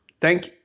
Thank